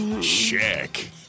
check